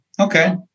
okay